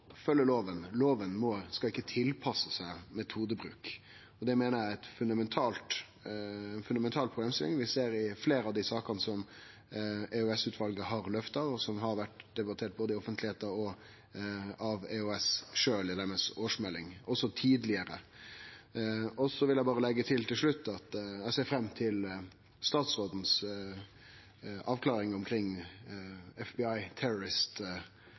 loven. Loven skal ikkje tilpassast metodebruken. Det meiner eg er ei fundamental problemstilling vi ser i fleire av sakene EOS-utvalet har løfta fram, og som har blitt debattert både i offentlegheita og av EOS sjølve i deira årsmelding, også tidlegare. Til slutt vil eg berre leggje til at eg ser fram til statsråden si avklaring omkring FBIs Terrorist